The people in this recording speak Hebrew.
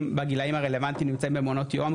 בגילאים הרלוונטיים נמצאים במעונות יום,